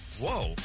Whoa